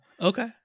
okay